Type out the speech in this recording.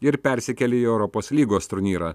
ir persikėlė į europos lygos turnyrą